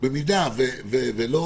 במידה שלא